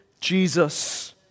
Jesus